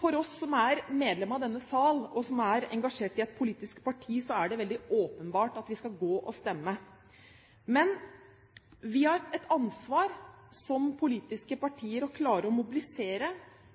For oss som er medlemmer av denne sal, og som er engasjert i et politisk parti, er det åpenbart at vi skal gå og stemme. Men som politiske partier har vi et ansvar for å klare å mobilisere,